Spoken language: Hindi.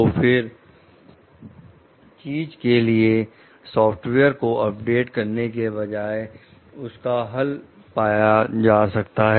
तो किसी चीज के लिए सॉफ्टवेयर को अपडेट करने के बजाए उसका हल पाया जा सकता है